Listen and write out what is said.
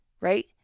Right